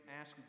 ask